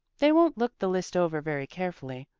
they won't look the list over very carefully,